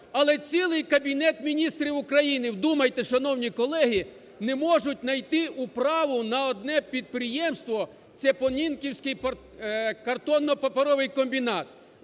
Але цілий Кабінет Міністрів України, вдумайтесь, шановні колеги, не можуть знайти управу на одне підприємство, це Понінківський картонно-паперовий комбінат.